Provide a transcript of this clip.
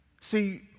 See